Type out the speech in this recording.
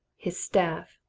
his staff,